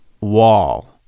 wall